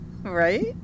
Right